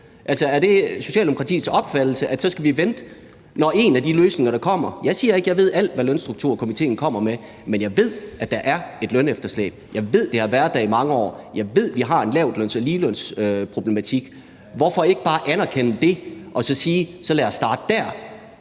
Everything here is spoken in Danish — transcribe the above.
Altså, er det Socialdemokratiets opfattelse, at så skal vi vente, til en af de løsninger kommer? Jeg siger ikke, at jeg ved alt, hvad lønstrukturkomitéen kommer med. Men jeg ved, at der er et lønefterslæb, jeg ved, det har været der i mange år, og jeg ved, vi har en lavtløns- og ligelønsproblematik. Hvorfor ikke bare anerkende det og så sige: Så lad os starte dér?